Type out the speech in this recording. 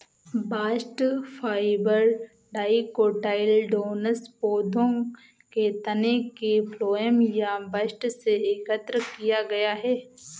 bast fibre dicotyledonous पौधों के तने के फ्लोएम या बस्ट से एकत्र किया गया है